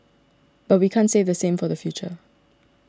but we can't say the same for the future